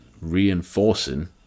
reinforcing